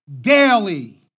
daily